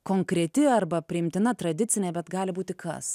konkreti arba priimtina tradicinė bet gali būti kas